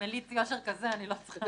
מליץ יושר כזה אני לא צריכה